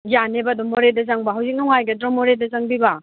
ꯌꯥꯅꯦꯕ ꯑꯗꯨꯝ ꯃꯣꯔꯦꯗ ꯆꯪꯕ ꯍꯧꯖꯤꯛ ꯅꯨꯉꯥꯏꯒꯗ꯭ꯔꯣ ꯃꯣꯔꯦꯗ ꯆꯪꯕꯤꯕ